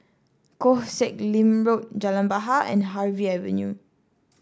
Koh Sek Lim Road Jalan Bahar and Harvey Avenue